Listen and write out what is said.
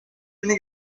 bini